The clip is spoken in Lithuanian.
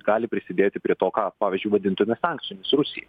gali prisidėti prie to ką pavyzdžiui vadintume sankcijomis rusijai